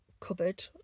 cupboard